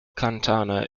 cantata